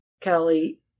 Kelly